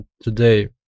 Today